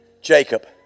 Jacob